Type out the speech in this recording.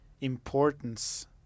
importance